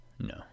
No